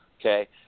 okay